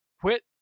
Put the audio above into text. quit